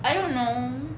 I don't know